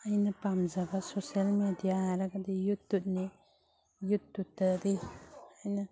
ꯑꯩꯅ ꯄꯥꯝꯖꯕ social media ꯍꯥꯏꯔꯒꯗꯤ ꯌꯨꯇꯨꯞꯅꯤ ꯌꯨꯇꯨꯞꯇꯗꯤ ꯑꯩꯅ